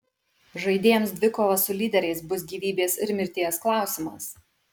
žaidėjams dvikova su lyderiais bus gyvybės ir mirties klausimas